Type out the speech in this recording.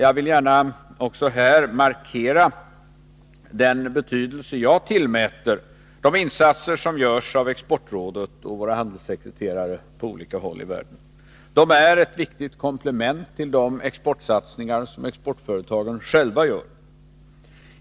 Jag vill gärna också här markera den betydelse jag tillmäter de insatser som görs av Exportrådet och av våra handelssekreterare på olika håll i världen. De är ett viktigt komplement till de exportsatsningar som exportföretagen själva gör.